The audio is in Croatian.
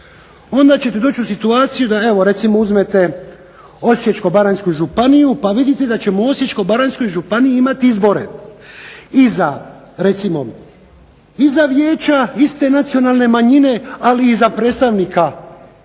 onda ćete doći u situaciju da evo recimo uzmete Osječko-baranjsku županiju pa vidite da ćemo u Osječko-baranjskoj županiji imati izbore i za recimo i za vijeća iste nacionalne manjine, ali i za predstavnika iste